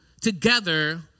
together